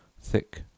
thick